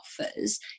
offers